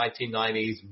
1990s